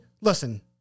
listen